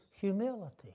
humility